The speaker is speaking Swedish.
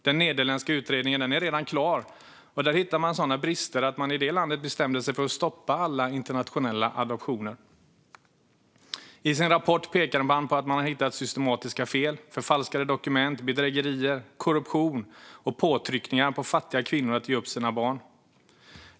Den nederländska utredningen är redan klar, och man hittade sådana brister att man i det landet bestämde sig för att stoppa alla internationella adoptioner. I sin rapport pekar man på att man har hittat systematiska fel, förfalskade dokument, bedrägerier, korruption och påtryckningar på fattiga kvinnor att ge upp sina barn.